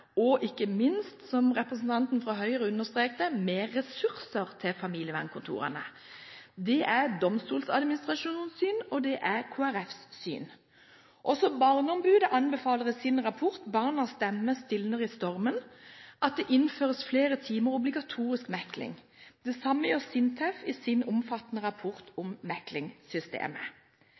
og familievernkontorene og ikke minst, som representanten fra Høyre understreket, mer ressurser til familievernkontorene. Det er Domstoladministrasjonens syn, og det er Kristelig Folkepartis syn. Også Barneombudet anbefaler i sin rapport, Barnas stemme stilner i stormen, at det innføres flere timer obligatorisk mekling. Det samme gjør SINTEF i sin omfattende rapport om